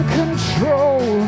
control